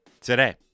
today